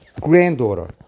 granddaughter